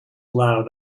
loud